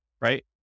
right